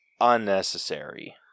unnecessary